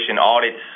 audits